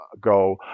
go